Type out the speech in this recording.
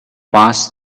passed